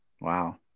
wow